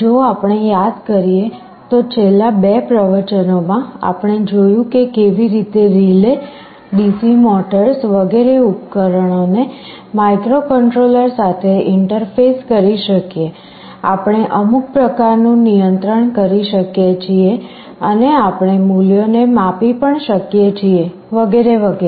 જો આપણે યાદ કરીએ તો છેલ્લા બે પ્રવચનો માં આપણે જોયું કે કેવી રીતે રિલે DC મોટર્સ વગેરે ઉપકરણોને માઇક્રોકન્ટ્રોલર સાથે ઇંટરફેસ કરી શકીએ આપણે અમુક પ્રકારનું નિયંત્રણ કરી શકીએ છીએ અને આપણે મૂલ્યોને માપી પણ શકીએ છીએવગેરે વગેરે